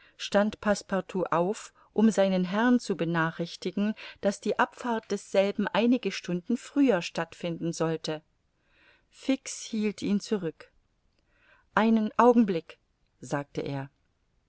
passepartout auf um seinen herrn zu benachrichtigen daß die abfahrt desselben einige stunden früher stattfinden sollte fix hielt ihn zurück einen augenblick sagte er